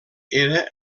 era